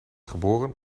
geboren